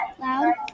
loud